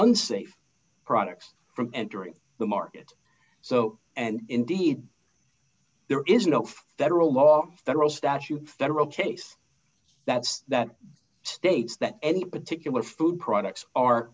unsafe products from entering the market so and indeed there is no federal law federal statute federal case that's that states that any particular food products